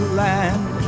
land